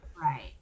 Right